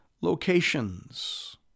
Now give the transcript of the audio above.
locations